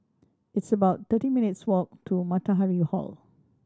it's about thirty minutes' walk to Matahari Hall